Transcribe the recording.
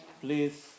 Please